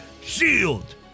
shield